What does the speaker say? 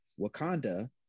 Wakanda